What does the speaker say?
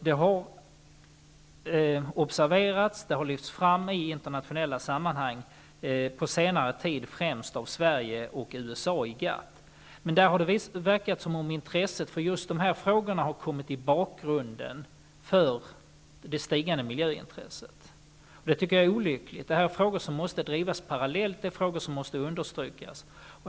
Det har observerats och lyfts fram i internationella sammanhang, på senare tid främst av Sverige och USA i GATT. Men där verkar det som om intresset för just de här frågorna har kommit i bakgrunden för det stigande miljöintresset. Det är olyckligt. Detta är frågor som måste drivas parallellt. Det är frågor som måste understrykas.